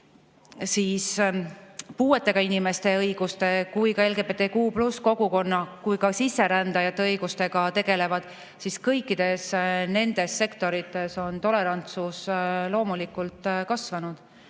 nii puuetega inimeste õiguste kui ka LGBTQ+ kogukonna kui ka sisserändajate õigustega tegelevad – kõikides nendes sektorites on tolerantsus loomulikult kasvanud.